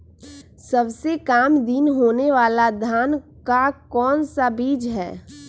सबसे काम दिन होने वाला धान का कौन सा बीज हैँ?